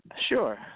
Sure